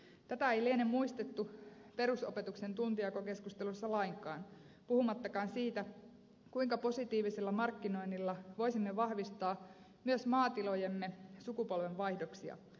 tätä ei liene muistettu perusopetuksen tuntijakokes kustelussa lainkaan puhumattakaan siitä kuinka positiivisella markkinoinnilla voisimme vahvistaa myös maatilojemme sukupolvenvaihdoksia